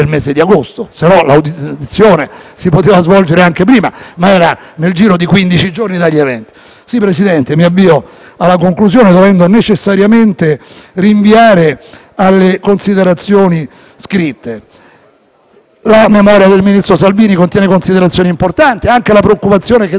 agli eventi. Avviandomi alla conclusione e dovendo necessariamente rinviare alle considerazioni scritte, rilevo che la memoria del ministro Salvini contiene considerazioni importanti, incluse le preoccupazioni che dal Comitato nazionale per l'ordine e la sicurezza (nel mese di agosto, a Ferragosto, se ne tiene una tradizionale riunione) erano emerse circa il rischio di